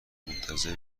منتظر